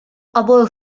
обоих